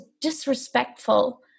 disrespectful